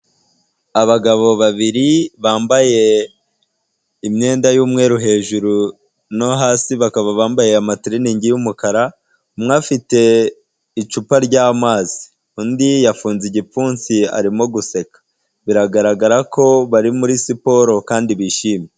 Abagabo babiri bambaye imyenda y'umweru hejuru, no hasi bakaba bambaye amatiriningi y'umukara, umwe afite icupa ry'amazi. Undi yafunze igipfunsi, arimo guseka. Biragaragara ko bari muri siporo, kandi bishimye.